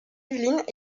yvelines